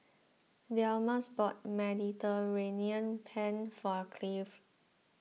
Delmus bought Mediterranean Penne for Cleave